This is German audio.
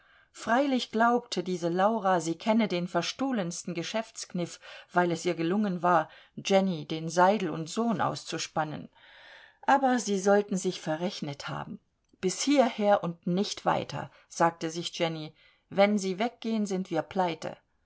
freilich glaubte diese laura sie kenne den verstohlensten geschäftskniff weil es ihr gelungen war jenny den seidel sohn auszuspannen aber sie sollten sich verrechnet haben bis hierher und nicht weiter sagte sich jenny wenn sie weggehen sind wir pleite